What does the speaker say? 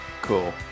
Cool